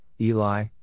Eli